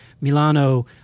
Milano